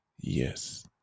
Yes